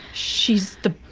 she's the.